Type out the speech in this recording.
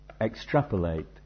extrapolate